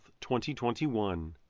2021